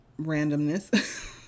Randomness